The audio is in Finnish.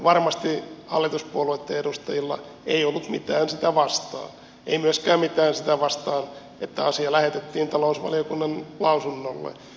varmasti hallituspuolueitten edustajilla ei ollut mitään sitä vastaan ei myöskään mitään sitä vastaan että asia lähetettiin talousvaliokunnan lausunnolle